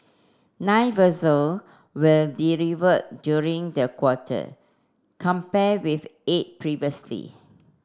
nine vessel were delivered during the quarter compared with eight previously